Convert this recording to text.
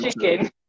chicken